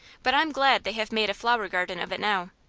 but i'm glad they have made a flower garden of it now.